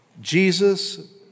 Jesus